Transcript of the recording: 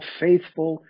faithful